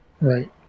Right